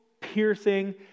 piercing